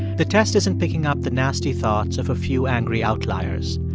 the test isn't picking up the nasty thoughts of a few angry outliers,